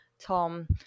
Tom